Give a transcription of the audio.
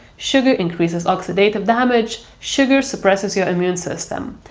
sugar increases oxidative damage. sugar supresses your immune system.